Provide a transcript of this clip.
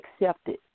accepted